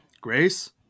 Grace